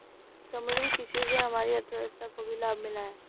समुद्री कृषि से हमारी अर्थव्यवस्था को भी लाभ मिला है